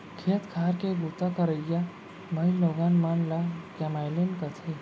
खेत खार के बूता करइया माइलोगन मन ल कमैलिन कथें